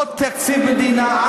לא תקציב המדינה.